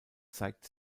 zeigt